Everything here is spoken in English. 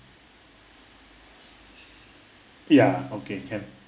ya okay can